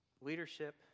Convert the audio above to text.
leadership